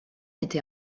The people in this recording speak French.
était